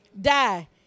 die